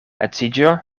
edziĝo